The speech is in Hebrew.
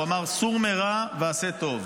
הוא אמר: "סור מרע ועשה טוב".